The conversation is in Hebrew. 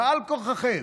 בעל כורחכם.